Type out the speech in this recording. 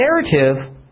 narrative